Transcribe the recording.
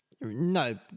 No